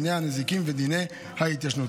דיני הנזיקין ודיני ההתיישנות,